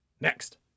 Next